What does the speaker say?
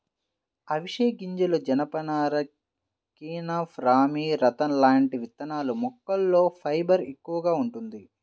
అవిశె గింజలు, జనపనార, కెనాఫ్, రామీ, రతన్ లాంటి విత్తనాల మొక్కల్లో ఫైబర్ ఎక్కువగా వుంటది